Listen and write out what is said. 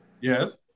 Yes